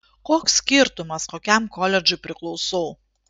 koks skirtumas kokiam koledžui priklausau